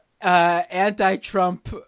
anti-Trump